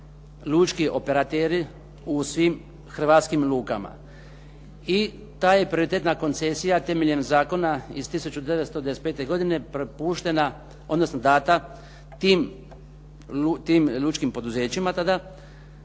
lučki operateri u svim hrvatskim lukama. I ta je prioritetna koncesija temeljem zakona iz 1995. godine prepuštena, odnosno dana tim lučkim poduzećima tada